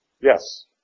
Yes